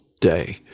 day